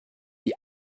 die